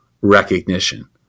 recognition